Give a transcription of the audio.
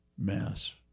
mass